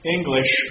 English